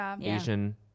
Asian